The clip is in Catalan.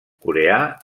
coreà